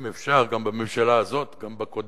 אם אפשר גם בממשלה הזאת, גם בקודמת,